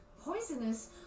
Poisonous